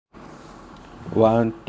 one two three